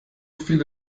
viele